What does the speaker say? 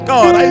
God